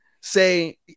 say